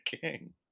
King